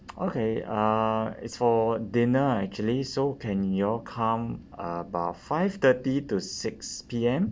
okay uh it's for dinner actually so can y'all come about five thirty to six P_M